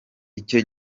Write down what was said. icyo